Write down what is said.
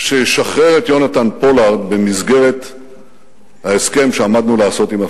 שישחרר את יונתן פולארד במסגרת ההסכם שעמדנו לעשות עם הפלסטינים.